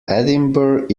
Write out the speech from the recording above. edinburgh